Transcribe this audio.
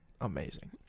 amazing